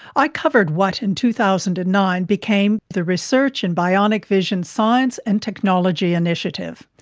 i covered what in two thousand and nine became the research in bionic vision science and technology initiative,